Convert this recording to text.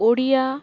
Odia